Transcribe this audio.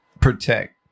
protect